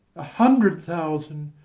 a hundred thousand,